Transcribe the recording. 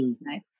nice